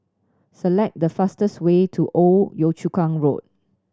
select the fastest way to Old Yio Chu Kang Road